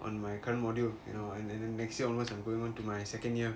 on my current module you know and then the next year onwards I'm going onto my second year